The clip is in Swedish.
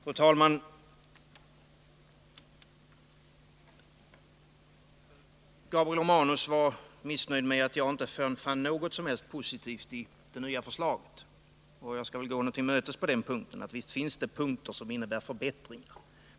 Fru talman! Gabriel Romanus var missnöjd med att jag inte fann något som helst positivt i det nya förslaget. Jag skall gå honom till mötes och säga, att visst finns det punkter som innebär förbättringar.